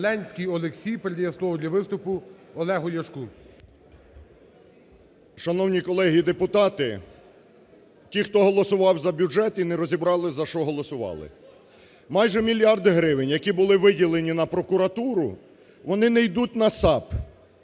Ленський Олексій передає слово для виступу Олегу Ляшку. 18:24:12 ЛЯШКО О.В. Шановні колеги депутати! Ті, хто голосував за бюджет і не розібрали, за що голосували. Майже мільярд гривень, які були виділені на прокуратуру, вони не йдуть на САП.